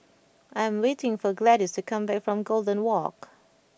I am waiting for Gladyce to come back from Golden Walk